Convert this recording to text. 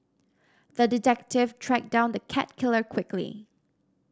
the detective tracked down the cat killer quickly